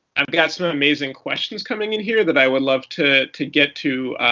i've got some amazing questions coming in here, that i would love to to get to,